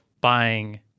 buying